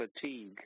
fatigue